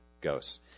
goes